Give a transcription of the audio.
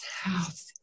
house